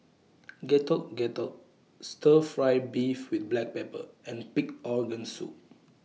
Getuk Getuk Stir Fry Beef with Black Pepper and Pig Organ Soup